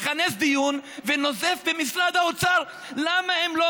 מכנס דיון ונוזף במשרד האוצר למה הם לא